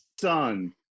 son